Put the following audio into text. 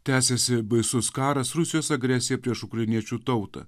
tęsiasi baisus karas rusijos agresija prieš ukrainiečių tautą